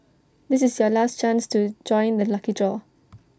this is your last chance to join the lucky draw